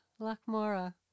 Lakmora